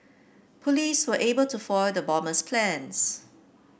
police were able to foil the bomber's plans